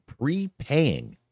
prepaying